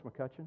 McCutcheon